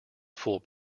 full